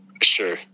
sure